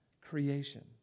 creation